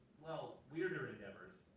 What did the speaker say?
well, weirder endeavors,